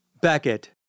Beckett